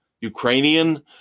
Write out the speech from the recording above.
Ukrainian